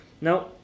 Now